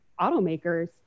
automakers